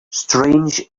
strange